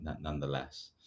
nonetheless